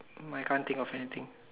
um I can't think of anything